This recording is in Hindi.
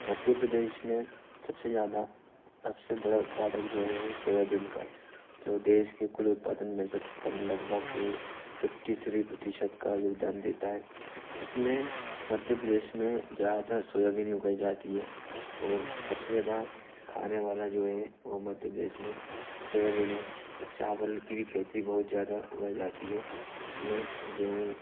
मध्य प्रदेश में सबसे ज़्यादा सबसे बड़ा उत्पादक जो है वह सोयाबीन का है जो देश के कुल उत्पादन में से कम लगभग कि फिफ़्टी थ्री प्रतिशत का योगदान देता है इसमें मध्य प्रदेश में ज़्यादातर सोयाबीन ही उगाई जाती है ओर सबसे ज़्यादा खाने वाला जो है वह मध्य प्रदेश में सोयाबीन है और चावल की भी खेती बहुत ज़्यादा उगाई जाती है इसमें गेहूँ